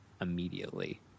immediately